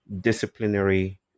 disciplinary